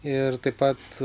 ir taip pat